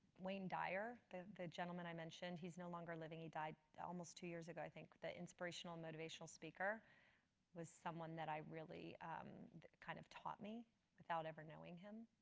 wayne dyer, the the gentleman i mentioned, he's no longer living. he died almost two years ago, i think the inspirational motivational speaker was someone that i really kind of taught me without ever knowing him.